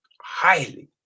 highly